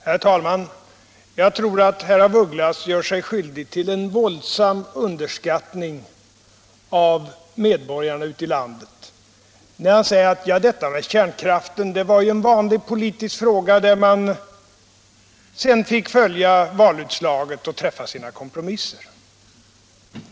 Herr talman! Jag tror att herr af Ugglas gör sig skyldig till en våldsam underskattning av medborgarna i landet, när han säger att detta med kärnkraften var en vanlig politisk fråga, i vilken man fick träffa sina kompromisser med hänsyn till valutslaget.